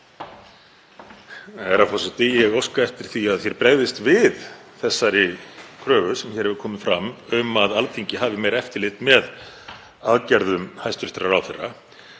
Ég óska eftir því að þér bregðist við þeirri kröfu sem hér hefur komið fram um að Alþingi hafi meira eftirlit með aðgerðum hæstv. ráðherra,